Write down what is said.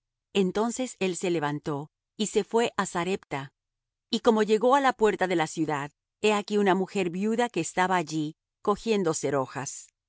entonces él se levantó y se fué á sarepta y como llegó á la puerta de la ciudad he aquí una mujer viuda que estaba allí cogiendo serojas